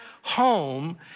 home